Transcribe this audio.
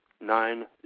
nine